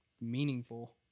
meaningful